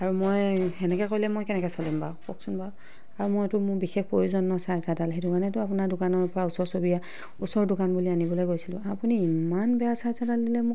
আৰু মই তেনেকৈ কৰিলে মই কেনেকৈ চলিম বাৰু কওকচোন বাৰু আৰু মইটো মোৰ বিশেষ প্ৰয়োজন ন' চাৰ্জাৰডাল সেইটো কাৰণেইটো আপোনাৰ দোকানৰ পৰা ওচৰ চুবুৰীয়া ওচৰৰ দোকান বুলি আনিবলৈ গৈছিলো আপুনি ইমান বেয়া চাৰ্জাৰডাল দিলে মোক